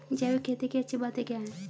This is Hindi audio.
जैविक खेती की अच्छी बातें क्या हैं?